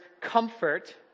comfort